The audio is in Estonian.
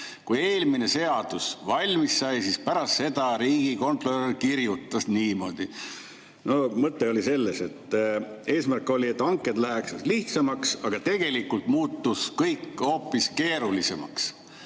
kui eelmine seadus sai valmis, siis pärast seda riigikontrolör kirjutas niimoodi, no mõte oli selles, et eesmärk oli, et hanked läheks lihtsamaks, aga tegelikult muutus kõik hoopis keerulisemaks.